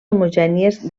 homogènies